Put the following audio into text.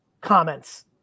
comments